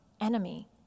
enemy